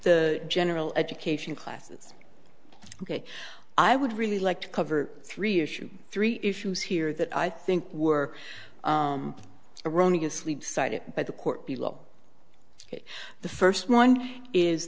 the general education classes ok i would really like to cover three issues three issues here that i think were erroneous lead cited by the court below the first one is